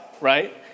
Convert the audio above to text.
right